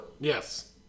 Yes